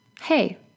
hey